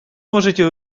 можете